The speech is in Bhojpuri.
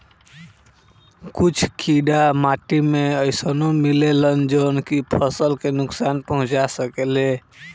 कुछ कीड़ा माटी में अइसनो मिलेलन जवन की फसल के नुकसान पहुँचा सकेले